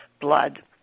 blood